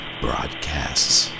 broadcasts